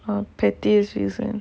oh pettiest reason